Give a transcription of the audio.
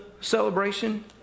celebration